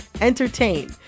entertain